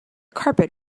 carpet